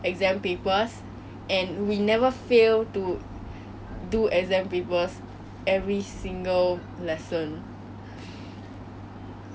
and do it doing the questions right actually make you feel like you want to do them more because it's like science